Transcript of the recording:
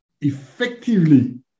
effectively